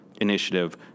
initiative